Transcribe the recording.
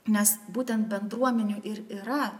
nes būtent bendruomenių ir yra